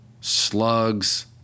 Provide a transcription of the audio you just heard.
Slugs